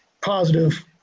positive